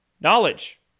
knowledge